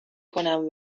کنم